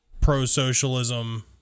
pro-socialism